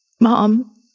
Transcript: Mom